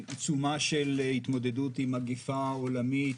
בעיצומה של התמודדות עם מגיפה עולמית,